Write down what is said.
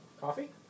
Coffee